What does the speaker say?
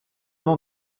nom